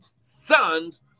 sons